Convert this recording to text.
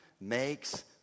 makes